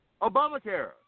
Obamacare